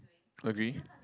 agree